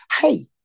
hey